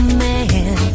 man